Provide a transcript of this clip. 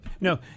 No